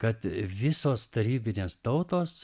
kad visos tarybinės tautos